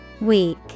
Weak